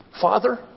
Father